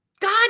God